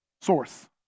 source